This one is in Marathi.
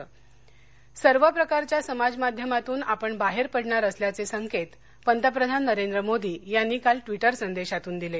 पंतप्रधान समाज मध्यम सर्व प्रकारच्या समाज माध्यमातून आपण बाहेर पडणार असल्याचे संकेत पंतप्रधान नरेंद्र मोदी यांनी काल ट्वीटर संदेशातून दिले